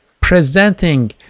presenting